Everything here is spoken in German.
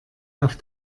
auf